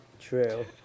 true